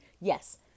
Yes